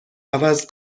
عوض